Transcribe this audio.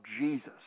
Jesus